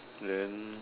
then